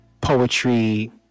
poetry